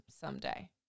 someday